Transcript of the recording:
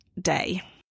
day